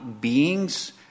beings